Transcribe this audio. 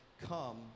come